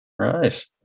Right